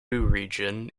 region